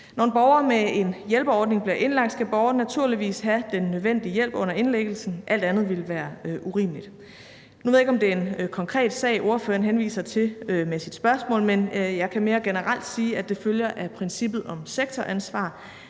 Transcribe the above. Når en borger med en hjælpeordning bliver indlagt, skal borgeren naturligvis have den nødvendige hjælp under indlæggelsen – alt andet ville være urimeligt. Nu ved jeg ikke, om det er en konkret sag, spørgeren henviser til med sit spørgsmål, men jeg kan mere generelt sige, at det følger af princippet om sektoransvar,